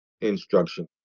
instruction